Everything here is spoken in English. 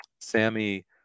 Sammy